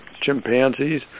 chimpanzees